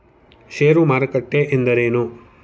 ಷೇರು ಮಾರುಕಟ್ಟೆ ಎಂದರೇನು?